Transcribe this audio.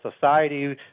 Society